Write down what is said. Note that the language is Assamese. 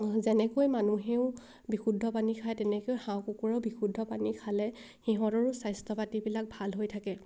যেনেকৈ মানুহেও বিশুদ্ধ পানী খায় তেনেকৈ হাঁহ কুকুৰেও বিশুদ্ধ পানী খালে সিহঁতৰো স্বাস্থ্য পাতিবিলাক ভাল হৈ থাকে